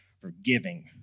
forgiving